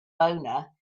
owner